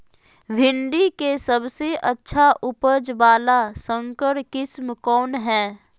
भिंडी के सबसे अच्छा उपज वाला संकर किस्म कौन है?